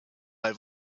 have